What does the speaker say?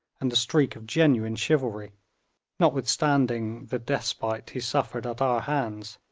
and a streak of genuine chivalry notwithstanding the despite he suffered at our hands,